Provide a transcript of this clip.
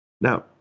Now